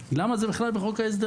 למה זה נמצא, בכלל, בחוק ההסדרים?